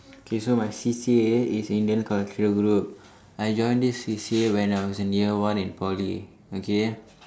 okay so my C_C_A is Indian cultural group I join this C_C_A when I was in year one in Poly okay